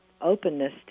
openness